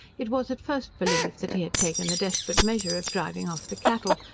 it was at first believed, that he had taken the desperate measure of driving off the cattle,